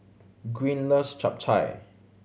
Green loves Chap Chai